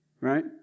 Right